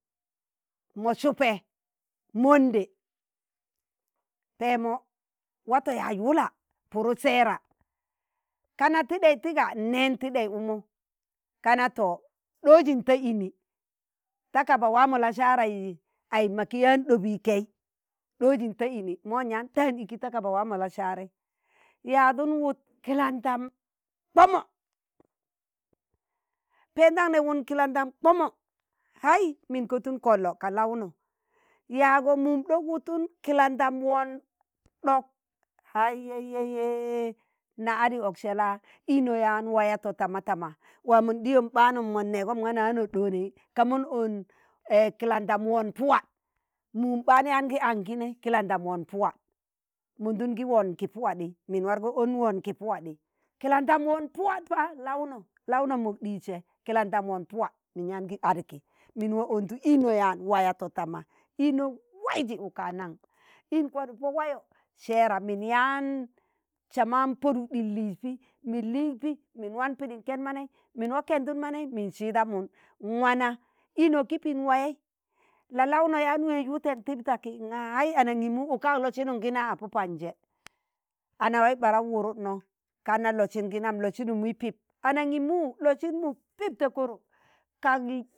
mo sụpẹ monde Pẹẹmọ watọ yaaz wụla puru sẹẹra kana tiɗẹi tiga, n'nẹẹn tiɗẹi ụkmọ kana to ɗozi n'ta ini, ta kaba waa mọ la'saara yi ai maki yaan ɗobii kei ɗozi n'ta ini mọ nyaan tạan iki ta kaba waa mo la'saarẹi, yaadụn wụt ki landan k'pọmọ, pẹadaṇ nẹ wun kilandam kpomo hai min kotun kollo ka launo yaago mum ɗok wutan kilandam wọn ɗok hai! ye ye yeee na adi ọksẹla ino yaan wayatọ tama tama wa mọn ɗiyom ɓaanu mon nẹẹgom ṇga na wanọ ɗooni ka mọn on kilandan wọn puwa mum ɓaan yaan gi ank kinẹi kilandam wọn pụwa, mọndụn gi wọn ki pụwadi min wargo on won kipiwadi, kilandam won pụwa fa launọ launom mok dijsẹ kilandam wọn puwạ min yaan gi adiki, min wa ontu ino yaan wayatọ tama ino waiji, uka naṇ in kwadko pọ wayọ sẹẹra min yaan sama poduk ɗil liiz pi min liik pi min wan pidi ken mani, min wa kẹndụn manẹi min sidamụn, nwana ino ki pin wayei la'laụno yaan weez wụtẹn tib taki nga hai anaṇimu uka ak losin gina a pọ panjẹ, anawai ɓarau wụrụdnọ kana losin gi nam, lọsin mi pip anangimu lọsin mu pip ta koro kak